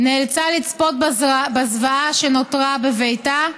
נאלצה לצפות בזוועה שנותרה בביתה,